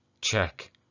check